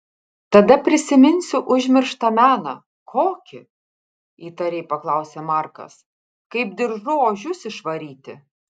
tada prisiminsiu užmirštą meną kokį įtariai paklausė markas kaip diržu ožius išvaryti